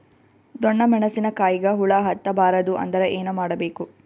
ಡೊಣ್ಣ ಮೆಣಸಿನ ಕಾಯಿಗ ಹುಳ ಹತ್ತ ಬಾರದು ಅಂದರ ಏನ ಮಾಡಬೇಕು?